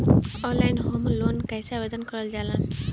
Online home loan कैसे आवेदन करल जा ला?